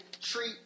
treat